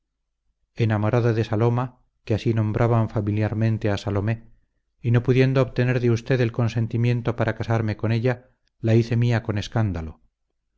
enamorado de saloma que así nombraban familiarmente a salomé y no pudiendo obtener de usted el consentimiento para casarme con ella la hice mía con escándalo